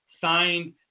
signed